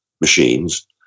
machines